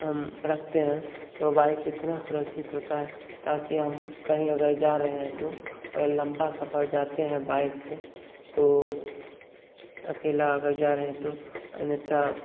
हम रखते हैं तो बाइक इतना सुरक्षित होता है ताकि हम कहीं अगर जा रहें है तो और लम्बा सफर जाते हैं बाइक से तो अकेला अगर जा रहे हैं तो अन्यथा